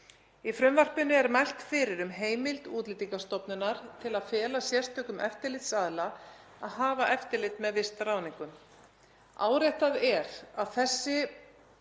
„Í frumvarpinu er mælt fyrir um heimild Útlendingastofnunar til að fela sérstökum eftirlitsaðila að hafa eftirlit með vistráðningum. Áréttað er að þessi